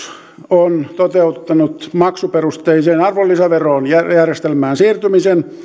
on toteuttanut maksuperusteiseen arvonlisäverojärjestelmään siirtymisen